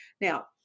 Now